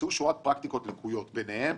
נמצאו פרקטיקות לקויות, ביניהן